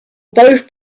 both